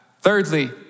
Thirdly